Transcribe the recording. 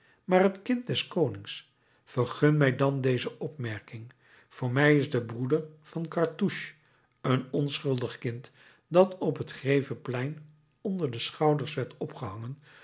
maar het kind des konings vergun mij dan deze opmerking voor mij is de broeder van cartouche een onschuldig kind dat op het greveplein onder de schouders werd opgehangen